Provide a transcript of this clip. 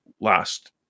last